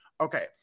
okay